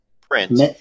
print